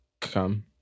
come